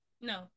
no